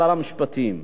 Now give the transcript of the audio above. שר המשפטים,